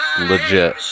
legit